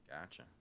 gotcha